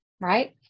Right